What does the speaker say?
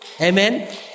Amen